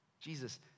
Jesus